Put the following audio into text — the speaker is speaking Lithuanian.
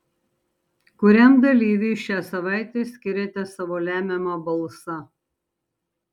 kuriam dalyviui šią savaitę skiriate savo lemiamą balsą